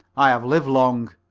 i have lived long,